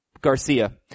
Garcia